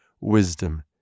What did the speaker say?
wisdom